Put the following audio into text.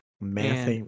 math